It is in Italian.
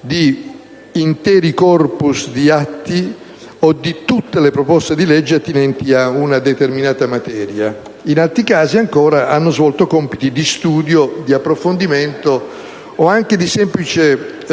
di interi *corpus* di atti o di tutte le proposte di legge attinenti a una determinata materia. In altri casi ancora hanno svolto compiti di studio e di approfondimento o anche di semplice